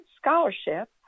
scholarship